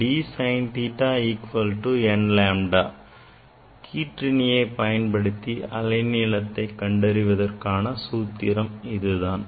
d sin theta equal to n lambda கிற்றிணியை பயன்படுத்தி அலைநீளத்தை கண்டறிவதற்கான சூத்திரம் இதுதான்